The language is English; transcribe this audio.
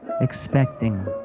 expecting